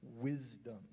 wisdom